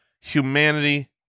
humanity